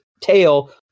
tail